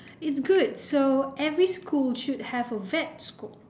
it's good so every school should have a vet school